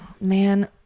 Man